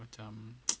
macam